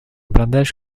blindage